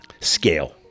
scale